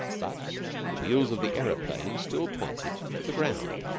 but the wheels of the aeroplane still pointed to the ground.